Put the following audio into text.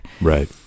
Right